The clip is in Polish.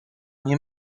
nie